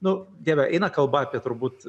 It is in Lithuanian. nu dieve eina kalba apie turbūt